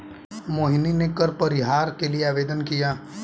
मोहिनी ने कर परिहार के लिए आवेदन किया